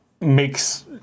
makes